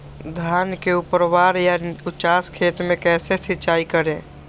धान के ऊपरवार या उचास खेत मे कैसे सिंचाई करें?